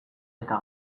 eta